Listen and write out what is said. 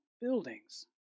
buildings